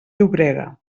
llobrega